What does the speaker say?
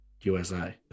USA